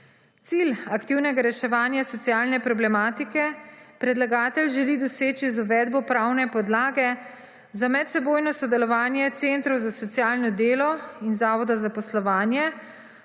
Cilj aktivnega reševanja socialne problematike predlagatelj želi doseči z uvedbo pravne podlage za medsebojno sodelovanje Centrov za socialno delo in Zavoda za zaposlovanje